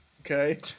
Okay